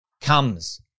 comes